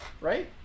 right